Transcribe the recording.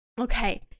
Okay